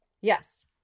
Yes